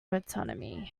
anatomy